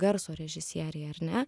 garso režisieriai ar ne